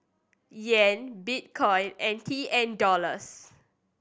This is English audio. Yen Bitcoin and T N Dollars